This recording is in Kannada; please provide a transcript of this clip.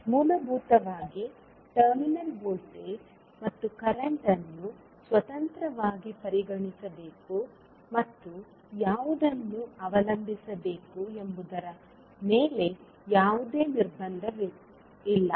ಮೂಲಭೂತವಾಗಿ ಟರ್ಮಿನಲ್ ವೋಲ್ಟೇಜ್ ಮತ್ತು ಕರೆಂಟ್ ಅನ್ನು ಸ್ವತಂತ್ರವಾಗಿ ಪರಿಗಣಿಸಬೇಕು ಮತ್ತು ಯಾವುದನ್ನು ಅವಲಂಬಿಸಬೇಕು ಎಂಬುದರ ಮೇಲೆ ಯಾವುದೇ ನಿರ್ಬಂಧಗಳಿಲ್ಲ